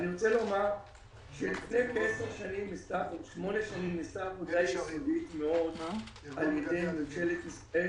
לפני כשמונה שנים נעשתה עבודה יסודית מאוד על ידי ממשלת ישראל,